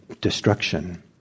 destruction